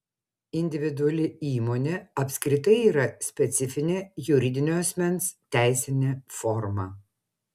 iį apskritai yra specifinė juridinio asmens teisinė forma